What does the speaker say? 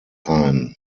ein